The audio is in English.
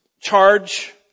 charge